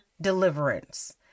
deliverance